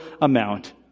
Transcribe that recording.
amount